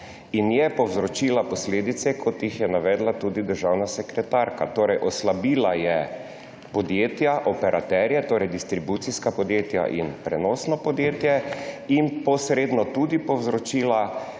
ki je povzročila posledice, kot jih je navedla tudi državna sekretarka. Oslabila je podjetja, operaterje, torej distribucijska podjetja in prenosno podjetje in posredno povzročila